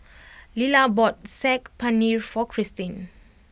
Lilla bought Saag Paneer for Cristin